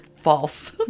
false